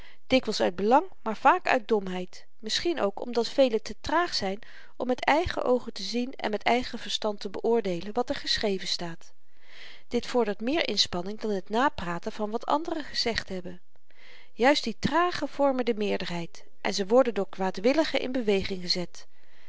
dikwyls uit belang maar vaak uit domheid misschien ook omdat velen te traag zyn om met eigen oogen te zien en met eigen verstand te beoordeelen wat er geschreven staat dit vordert meer inspanning dan t napraten van wat anderen gezegd hebben juist die tragen vormen de meerderheid en ze worden door kwaadwilligen in beweging gezet